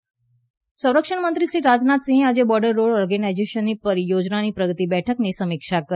રાજનાથસિંહ્ સંરક્ષણમંત્રી શ્રી રાજનાથ સિંહે આજે બોર્ડર રોડ ઓર્ગેનાઇઝેશનની પરિયોજનાઓની પ્રગતિ બેઠકની સમીક્ષા કરી